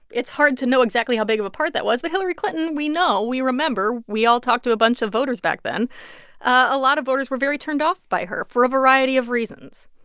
it's hard to know exactly how big of a part that was, but hillary clinton, we know we remember we all talked to a bunch of voters back then a lot of voters were very turned off by her for a variety of reasons.